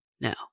No